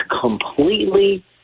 completely